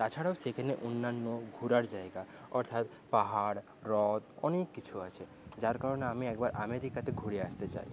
তাছাড়াও সেখানে অন্যান্য ঘোরার জায়গা অর্থাৎ পাহাড় হ্রদ অনেক কিছু আছে যার কারণে আমি একবার আমেরিকাতে ঘুরে আসতে চাই